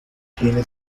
tiene